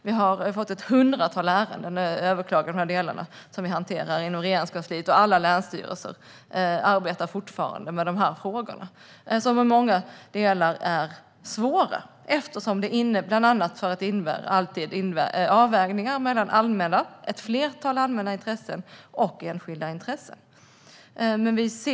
Vi har fått ett hundratal överklagade ärenden som vi hanterar inom Regeringskansliet, och alla länsstyrelser arbetar fortfarande med de här frågorna, som i många delar är svåra, bland annat eftersom det alltid är avvägningar mellan ett flertal allmänna intressen och enskilda intressen.